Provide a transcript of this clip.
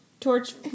torch